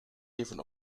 even